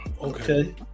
okay